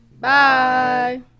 bye